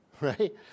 right